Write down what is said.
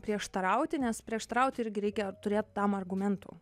prieštarauti nes prieštaraut irgi reikia turėt tam argumentų